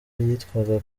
yitwaga